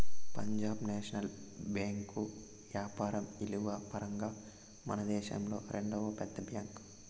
Punjab national bank యాపారం ఇలువల పరంగా మనదేశంలో రెండవ పెద్ద బ్యాంక్